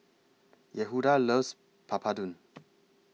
Yehuda loves Papadum